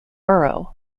borough